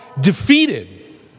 defeated